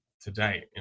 today